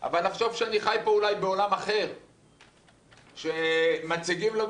אבל לחשוב שאני חי פה אולי בעולם אחר שמציגים לנו